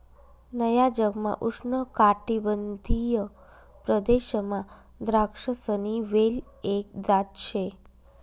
नया जगमा उष्णकाटिबंधीय प्रदेशमा द्राक्षसनी वेल एक जात शे